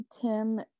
Tim